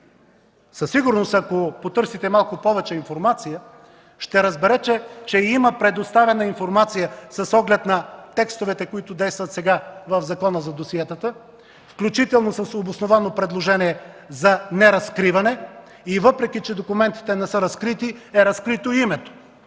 Със сигурност, ако потърсите малко повече информация, ще разберете, че има предоставена информация с оглед на текстовете, които действат сега в Закона за досиетата, включително с обосновано предложение за неразкриване и въпреки че документите не са разкрити, е разкрито името.